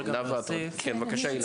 נאוה, בבקשה.